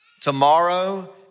Tomorrow